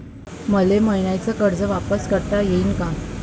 मले मईन्याचं कर्ज वापिस करता येईन का?